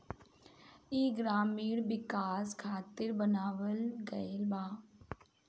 ई ग्रामीण विकाश खातिर बनावल गईल बा